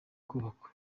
kubakwa